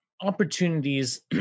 opportunities